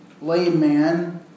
layman